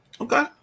Okay